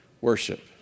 worship